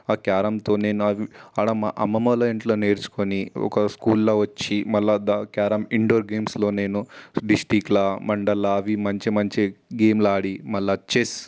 ఆ క్యారమ్తో నేను అవి ఆడ అమ్మమ్మ వాళ్ళ ఇంట్లోనే నేర్చుకుని ఒక స్కూల్లో వచ్చి మళ్ళా దా క్యారమ్స్ ఇన్డోర్ గేమ్స్లో నేను డిస్ట్రిక్ట్లా మండలా అవి మంచి మంచి గేములు ఆడి మళ్ళా చెస్